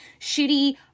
shitty